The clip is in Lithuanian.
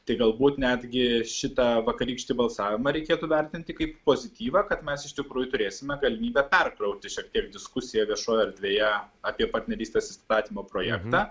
tai galbūt netgi šitą vakarykštį balsavimą reikėtų vertinti kaip pozityvą kad mes iš tikrųjų turėsime galimybę perkrauti šiek tiek diskusiją viešojoj erdvėje apie partnerystės įstatymo projektą